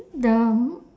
the m~